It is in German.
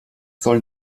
sollen